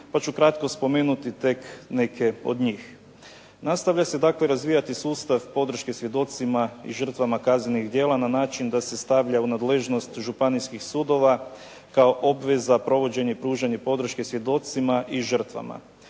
pa ću kratko spomenuti tek neke od njih. Nastavlja se, dakle razvijati sustav podrške svjedocima i žrtvama kaznenih djela na način da se stavlja u nadležnost županijskih sudova kao obveza, provođenje pružanje podrške svjedocima i žrtvama.